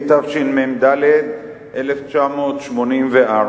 התשמ"ד 1984,